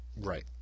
right